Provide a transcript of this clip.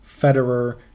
Federer